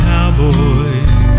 Cowboys